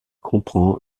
comprend